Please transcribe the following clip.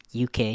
UK